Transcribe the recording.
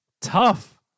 tough